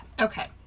Okay